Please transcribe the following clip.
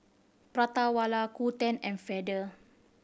Prata Wala Qoo Ten and Feather